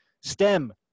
stem